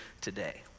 today